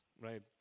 Right